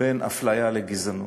בין אפליה לגזענות.